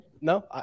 No